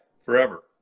forever